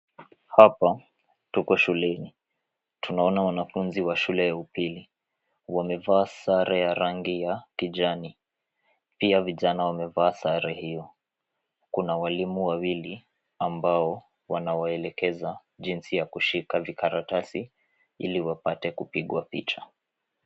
Hapa tuko shuleni. Tunaona wanafunzi wa shule ya upili wamevaa sare ya rangi ya kijani. Pia vijana wamevaa sare hiyo. Kuna walimu wawili ambao wanawaelekeza jinsi ya kushika vikaratasi ili wapate kupigwa picha.